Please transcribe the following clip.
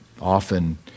often